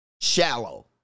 shallow